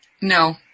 No